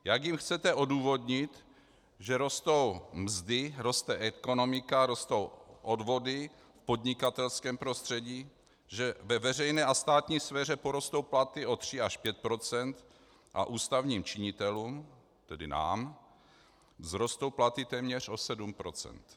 Jak jim chcete odůvodnit, že rostou mzdy, roste ekonomika, rostou odvody v podnikatelském prostředí, že ve veřejné a státní sféře porostou platy o 3 až 5 % a ústavním činitelům, tedy nám, vzrostou platy o téměř 7 %?